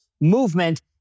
movement